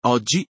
Oggi